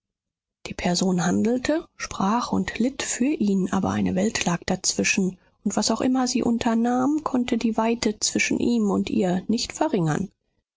die person handelte sprach und litt für ihn aber eine welt lag dazwischen und was auch immer sie unternahm konnte die weite zwischen ihm und ihr nicht verringern